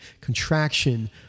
contraction